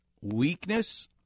weakness